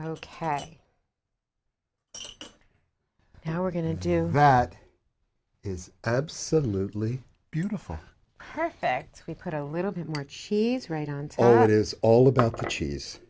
ok how we're going to do that is absolutely beautiful perfect we put a little bit more cheese right on it is all about the cheese